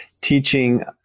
teaching